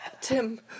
Tim